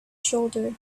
shoulder